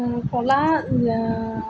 কলা